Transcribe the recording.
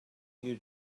you